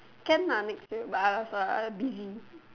can ah next year but I was like I busy